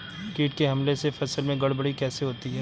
कीट के हमले से फसल में गड़बड़ी कैसे होती है?